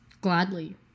Gladly